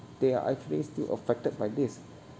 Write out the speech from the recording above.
they are actually still affected by this